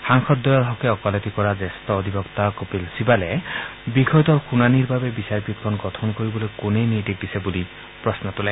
সাংসদদ্বয়ৰ হকে ওকালতি কৰা জ্যেষ্ঠ অধিবক্তা কপিল চিবালে বিষয়টোৰ শুনানীৰ বাবে বিচাৰপীঠখন গঠন কৰিবলৈ কোনে নিৰ্দেশ দিছে বুলি প্ৰশ্ন তোলে